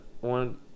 one